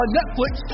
Netflix